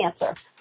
cancer